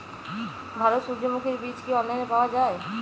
ভালো সূর্যমুখির বীজ কি অনলাইনে পাওয়া যায়?